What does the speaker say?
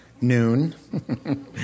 noon